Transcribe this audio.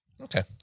Okay